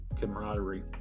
camaraderie